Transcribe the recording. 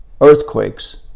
earthquakes